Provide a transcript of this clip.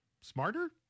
smarter